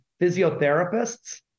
physiotherapists